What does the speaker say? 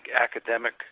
academic